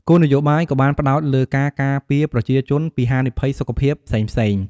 គោលនយោបាយក៏បានផ្តោតលើការការពារប្រជាជនពីហានិភ័យសុខភាពផ្សេងៗ។